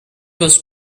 was